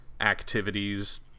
activities